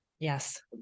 Yes